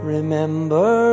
Remember